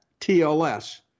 TLS